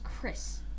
Chris